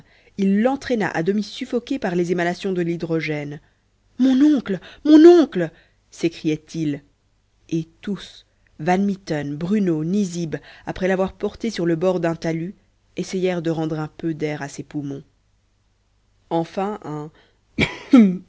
il l'entraîna à demi suffoqué par les émanations de l'hydrogène mon oncle mon oncle s'écriait-il et tous van mitten bruno nizib après l'avoir porté sur le bord d'un talus essayèrent de rendre un peu d'air à ses poumons enfin un